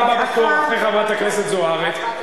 אתה הבא בתור אחרי חברת הכנסת זוארץ.